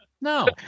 no